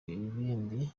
ibindi